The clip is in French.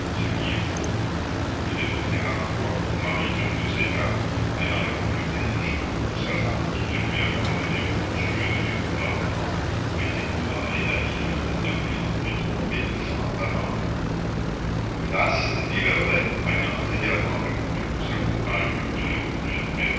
ce qui est faux le déporté langlois mari d'une de ces dames ayant répondu énergiquement pour sa femme qui ne lui a jamais donné aucun sujet de mécontentement a été condamné à dix-huit mois de prison et francs d'amende place dit verlet ayant également répondu pour sa compagne dont la conduite mérite